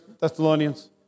Thessalonians